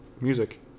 music